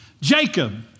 Jacob